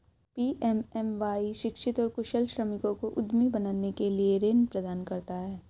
PMMY शिक्षित और कुशल श्रमिकों को उद्यमी बनने के लिए ऋण प्रदान करता है